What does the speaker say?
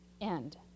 end